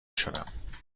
شدم